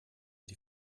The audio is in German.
die